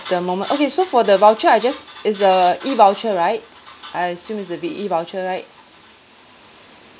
the moment okay so for the voucher I just it's a E voucher right I assume it's going to be E voucher right